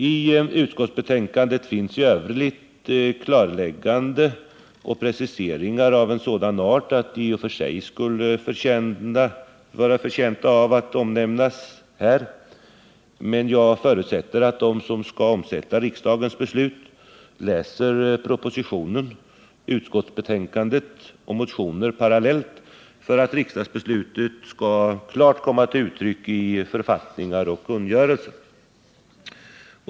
I utskottsbetänkandet finns i övrigt klarlägganden och preciseringar av sådan art, att de i och för sig skulle vara förtjänta av att omnämnas — men jag förutsätter att de som skall ansvara för omsättandet i praktiken av riksdagens beslut läser propositionen, utskottsbetänkandet och motionerna parallellt när de skall se till att riksdagsbeslutet kommer till klart uttryck i författningar och kungörelser.